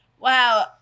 Wow